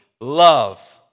love